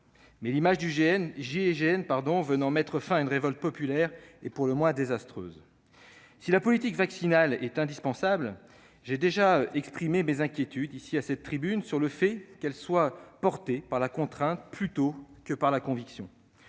nationale, venant mettre fin à une révolte populaire est pour le moins désastreuse. Si la politique vaccinale est indispensable, j'ai déjà exprimé mes inquiétudes, ici même, à cette tribune, quant au fait qu'elle soit guidée par la contrainte plutôt que par la conviction.